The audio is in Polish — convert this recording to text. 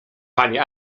panie